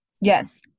Yes